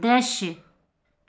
दृश्य